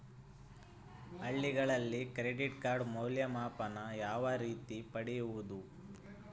ಹಳ್ಳಿಗಳಲ್ಲಿ ಕ್ರೆಡಿಟ್ ಮೌಲ್ಯಮಾಪನ ಯಾವ ರೇತಿ ಪಡೆಯುವುದು?